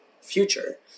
future